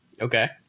Okay